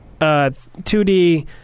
2D